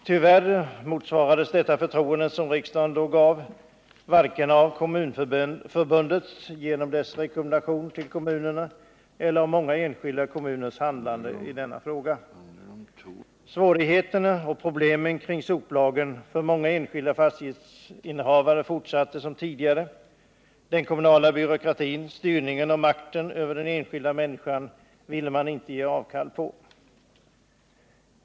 Tyvärr motsvarade varken Kommunförbundet — genom rekommendationer till kommunerna — eller särskilt många enskilda kommuner det förtroende som riksdagen då gav dem. För många enskilda fastighetsinnehavare blev problemen lika stora som tidigare. Den kommunala byråkratin, styrningen och makten över den enskilda människan ville man inte ge avkall på.